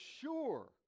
sure